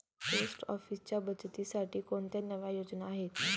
Post ऑफिसच्या बचतीसाठी कोणत्या नव्या योजना आहेत?